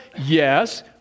Yes